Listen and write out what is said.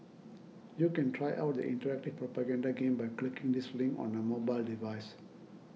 you can try out the interactive propaganda game by clicking this link on a mobile device